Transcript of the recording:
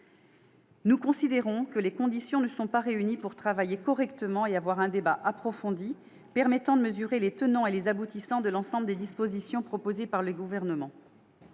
nous considérons que les conditions ne sont pas réunies pour travailler correctement et avoir un débat approfondi permettant de mesurer les tenants et les aboutissants de l'ensemble des dispositions proposées par le Gouvernement.